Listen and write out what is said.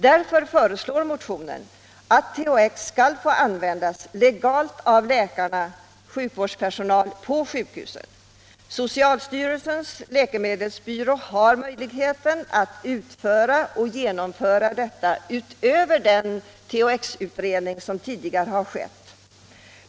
Vi föreslår därför i motionen att THX skall få användas legalt av läkare och sjukvårdspersonal på sjukhusen. Socialstyrelsens läkemedelsbyrå har möjligheter att utföra och genomföra detta utöver den THX-utredning som tidigare gjorts.